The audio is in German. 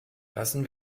lassen